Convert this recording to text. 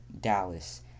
Dallas